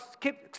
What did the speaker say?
keep